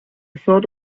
thought